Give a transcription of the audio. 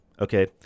Okay